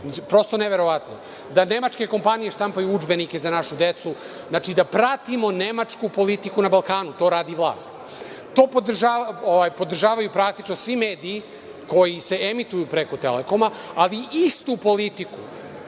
Prosto neverovatno. Da nemačke kompanije štampaju udžbenike za našu decu, znači, da pratimo nemačku politiku na Balkanu, to radi vlast. To podržavaju praktično svi mediji koji se emituju preko „Telekoma“, ali istu politiku